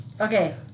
Okay